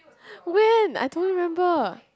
when I don't remember